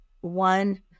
one